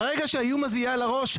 ברגע שהאיום הזה יהיה על הראש,